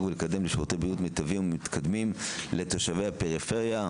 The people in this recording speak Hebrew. ולקדם שירותי בריאות מיטיבים ומתקדמים לתושבי הפריפריה,